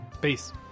Peace